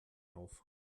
auf